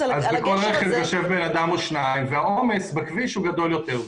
בכל רכב יושב בן אדם אחד או שני אנשים והעומס בכביש הוא גדול יותר.